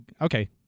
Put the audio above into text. okay